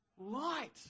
light